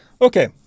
Okay